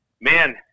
Man